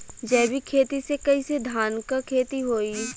जैविक खेती से कईसे धान क खेती होई?